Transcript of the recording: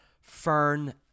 Fern